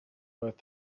worth